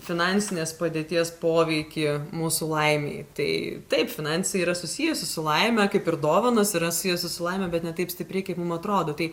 finansinės padėties poveikį mūsų laimei tai taip finansai yra susijusi su laime kaip ir dovanos yra susijusios su laime bet ne taip stipriai kaip mum atrodo tai